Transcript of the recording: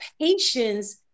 patience